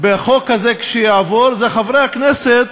בחוק הזה, כשיעבור, אלה חברי הכנסת